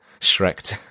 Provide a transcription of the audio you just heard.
Shrek